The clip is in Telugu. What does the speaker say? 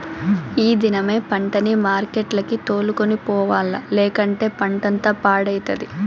ఈ దినమే పంటని మార్కెట్లకి తోలుకొని పోవాల్ల, లేకంటే పంటంతా పాడైతది